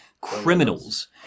criminals